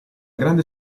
grande